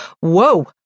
whoa